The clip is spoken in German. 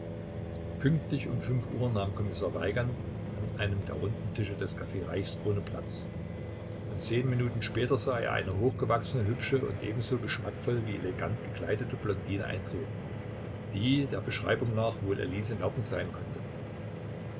pünktlich um fünf uhr nahm kommissar weigand an einem der runden tischchen des caf reichskrone platz und zehn minuten später sah er eine hochgewachsene hübsche und ebenso geschmackvoll wie elegant gekleidete blondine eintreten die der beschreibung nach wohl elise merten sein konnte